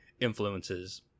influences